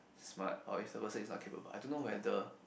smart or if the person is not capable I don't know whether